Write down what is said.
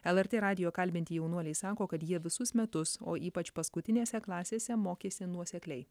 lrt radijo kalbinti jaunuoliai sako kad jie visus metus o ypač paskutinėse klasėse mokėsi nuosekliai